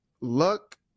luck